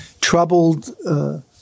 troubled